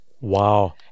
Wow